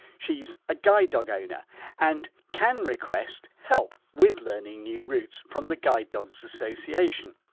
she's a guide dog owner and can request help with learning new routes from the guide dogs association.